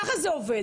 ככה זה עובד.